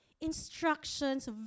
instructions